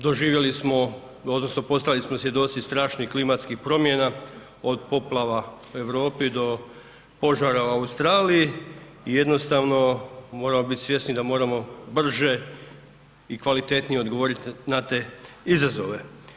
Doživjeli smo odnosno postali smo svjedoci strašnih klimatskih promjena od poplava u Europi do požara u Australiji i jednostavno moramo biti svjesni da moramo brže i kvalitetnije odgovoriti na te izazove.